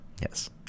Yes